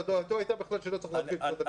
דעתו הייתה בכלל שלא צריך להתחיל את שנת הלימודים.